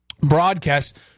broadcast